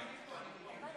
אני פה.